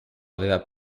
aveva